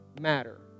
matter